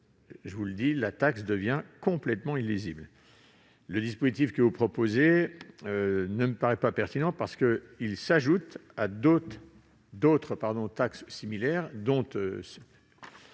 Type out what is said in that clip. je vous le dis, elle devient complètement illisible. Ensuite, le dispositif proposé ne me paraît pas pertinent, parce qu'il s'ajoute à d'autres taxes similaires, dont